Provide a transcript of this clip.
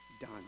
done